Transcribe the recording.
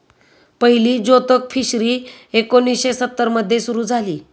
पहिली जोतक फिशरी एकोणीशे सत्तर मध्ये सुरू झाली